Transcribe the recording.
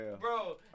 bro